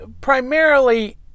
primarily